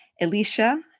Alicia